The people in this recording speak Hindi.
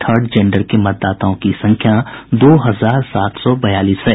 थर्ड जेंडर के मतदाताओं की संख्या दो हजार सात सौ बयालीस है